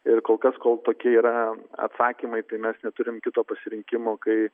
ir kol kas kol tokie yra atsakymai tai mes neturime kito pasirinkimo kai